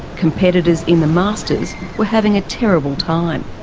competitors in the masters were having a terrible time.